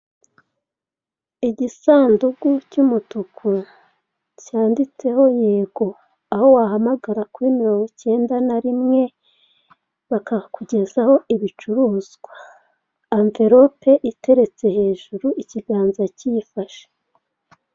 Igisanduku cy'umutuku cyanditseho yego, aho wahamagara kuri mirongo icyenda na rimwe, bakakugezaho ibicuruzwa. Anvirope iteretse hejuru, ikiganza kiyifashe.